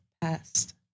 past